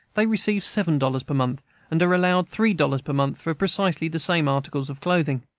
they receive seven dollars per month and are allowed three dollars per month for precisely the same articles of clothing.